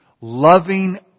loving